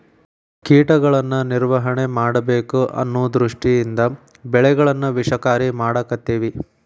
ಕೇಟಗಳನ್ನಾ ನಿರ್ವಹಣೆ ಮಾಡಬೇಕ ಅನ್ನು ದೃಷ್ಟಿಯಿಂದ ಬೆಳೆಗಳನ್ನಾ ವಿಷಕಾರಿ ಮಾಡಾಕತ್ತೆವಿ